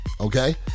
okay